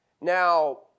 Now